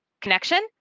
connection